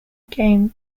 game